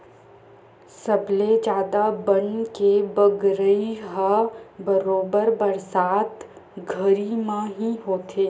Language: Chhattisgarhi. सबले जादा बन के बगरई ह बरोबर बरसात घरी म ही होथे